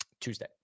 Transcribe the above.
Tuesday